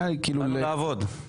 באנו לעבוד.